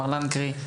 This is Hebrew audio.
מר לנקרי,